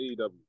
AEW